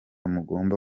mugomba